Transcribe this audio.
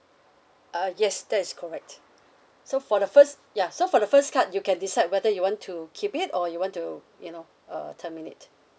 uh yes that is correct so for the first ya so for the first card you can decide whether you want to keep it or you want to you know uh terminate